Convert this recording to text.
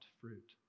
fruit